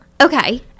okay